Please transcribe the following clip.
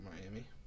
Miami